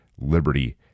liberty